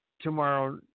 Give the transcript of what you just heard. tomorrow